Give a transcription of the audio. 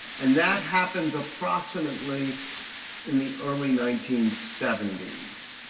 and that happens approximately in the early nineteen seventy s.